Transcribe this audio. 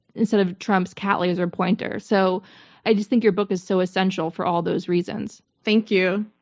instead of trump's cat laser pointer? so i just think your book is so essential for all those reasons. thank you.